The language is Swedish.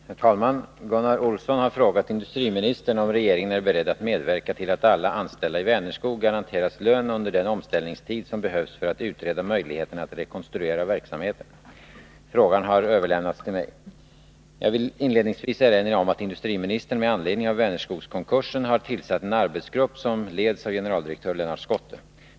Herr talman! Gunnar Olsson har frågat industriministern om regeringen är beredd att medverka till att alla anställda i Vänerskog garanteras lön under den omställningstid som behövs för att utreda möjligheterna att rekonstruera verksamheten. Frågan har överlämnats till mig. Jag vill inledningsvis erinra om att industriministern med anledning av Vänerskogskonkursen har tillsatt en arbetsgrupp som leds av generaldirektör Lennart Schotte.